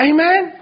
Amen